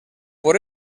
por